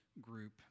group